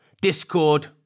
Discord